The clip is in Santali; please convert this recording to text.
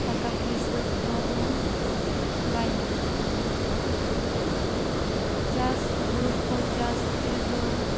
ᱴᱟᱠᱟᱼᱯᱩᱭᱥᱟᱹ ᱠᱚᱦᱚᱸ ᱵᱟᱭ ᱧᱟᱢᱚᱜ ᱠᱟᱱᱟ ᱪᱟᱥ ᱦᱩᱲᱩᱠᱚ ᱪᱟᱥ ᱛᱮᱫᱚ